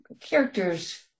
characters